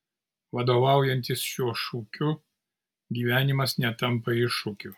vadovaujantis šiuo šūkiu gyvenimas netampa iššūkiu